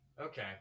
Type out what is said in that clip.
Okay